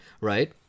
right